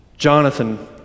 Jonathan